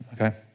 Okay